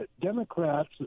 Democrats